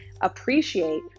appreciate